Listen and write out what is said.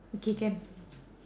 okay can